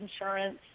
insurance